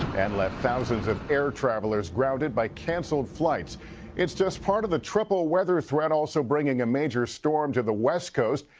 and left thousands of air travelers grounded by canceled flights it's just part of the triple weather threat also bringing a major storm to the west coast,